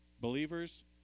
believers